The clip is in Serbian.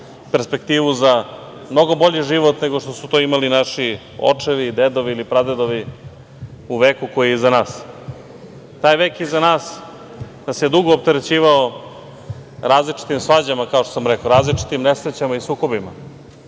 perspektivu za mnogo bolji život nego što su to imali naši očevi, dedovi ili pradedovi u veku koji je iza nas. Taj vek iza nas nas je dugo opterećivao različitim svađama, kao što sam rekao, različitim nesrećama i sukobima,